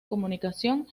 comunicación